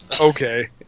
Okay